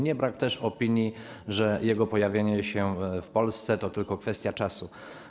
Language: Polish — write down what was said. Nie brak też opinii, że jego pojawienie się w Polsce to tylko kwestia czasu.